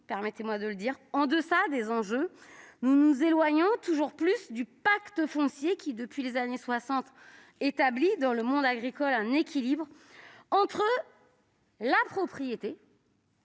permettez-moi de le dire, nous restons en deçà des enjeux, nous nous éloignons toujours plus du « pacte foncier qui, depuis les années 1960, établit dans le monde agricole un équilibre entre la propriété